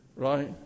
Right